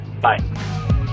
bye